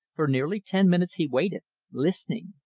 for nearly ten minutes he waited listening.